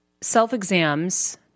self-exams